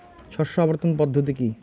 শস্য আবর্তন পদ্ধতি কি?